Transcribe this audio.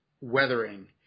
Weathering